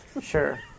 sure